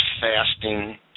fasting